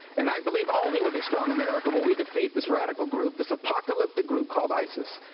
and i believe only with a strong america will we defeat this radical group, this apocalyptic group called isis.